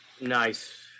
Nice